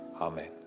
Amen